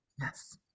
Yes